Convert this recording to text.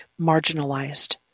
marginalized